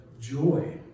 joy